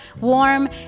warm